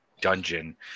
dungeon